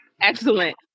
excellent